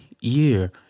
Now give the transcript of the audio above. year